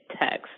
text